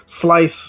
slice